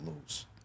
lose